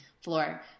floor